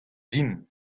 din